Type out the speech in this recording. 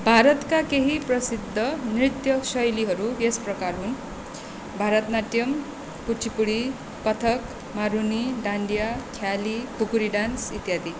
भारतका केही प्रसिद्ध नृत्य शैलीहरू यस प्रकार हुन् भारतनाट्यम् कुचिपुडी कथक मारुनी डान्डिया ख्याली खुकुरी डान्स इत्यादि